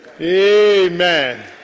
Amen